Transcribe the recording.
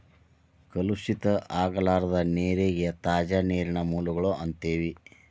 ಕಲುಷಿತ ಆಗಲಾರದ ನೇರಿಗೆ ತಾಜಾ ನೇರಿನ ಮೂಲಗಳು ಅಂತೆವಿ